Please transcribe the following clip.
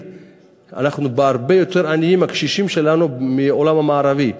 הקשישים שלנו הרבה יותר עניים מהקשישים במדינות המערביות,